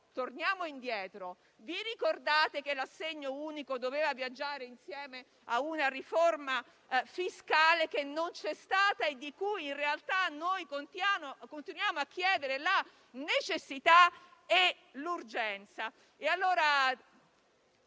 torniamo indietro: vi ricordate che l'assegno unico doveva viaggiare insieme a una riforma fiscale che non c'è stata e di cui in realtà continuiamo a sottolineare la necessità e l'urgenza?